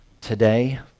today